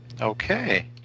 Okay